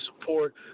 support